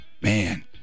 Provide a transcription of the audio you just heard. Man